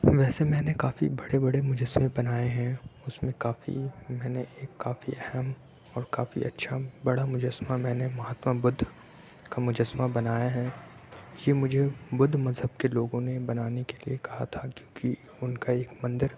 ویسے میں نے کافی بڑے بڑے مجسمے بنائے ہیں اس میں کافی میں نے ایک کافی اہم اور کافی اچھا بڑا مجسمہ میں نے مہاتما بدھ کا مجسمہ بنایا ہے یہ مجھے بدھ مذہب کے لوگوں نے بنانے کے لیے کہا تھا کیونکہ ان کا ایک مندر